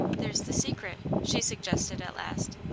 there's the secret, she suggested, at last.